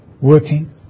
working